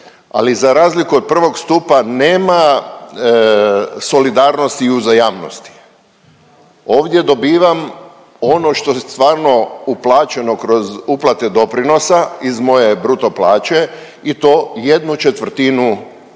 ali za razliku od I. stupa nema solidarnosti i uzajamnosti. Ovdje dobivam ono što je stvarno uplaćeno kroz uplate doprinosa iz moje bruto plaće i to ¼ doprinosa.